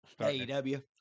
AEW